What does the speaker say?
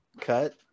Cut